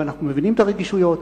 ואנחנו מבינים את הרגישויות.